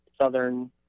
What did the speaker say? Southern